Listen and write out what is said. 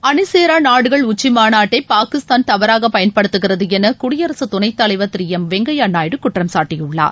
அணிசேரா நாடுகள் உச்சி மாநாட்டை பாகிஸ்தான் தவறாக பயன்படுத்துகிறது என குடியரசுத் துணைத் தலைவர் திரு எம் வெங்கையா நாயுடு குற்றம் சாட்டியுள்ளார்